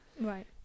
Right